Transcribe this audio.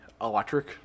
electric